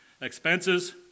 expenses